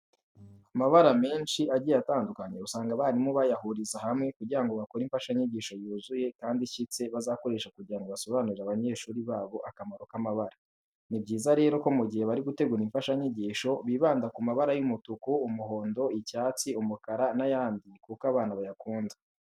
Amabara menshi agiye atandukanye usanga abarimu bayahuriza hamwe kugira ngo bakore imfashanyigisho yuzuye kandi ishyitse bazakoresha kugira ngo basobanurire abanyeshuri babo akamaro k'amabara. Ni byiza rero ko mu gihe bari gutegura imfashanyigisho bibanda ku mabara y'umutuku, umuhondo, icyatsi, umukara n'ayandi kuko abana bayakunda.